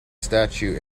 statue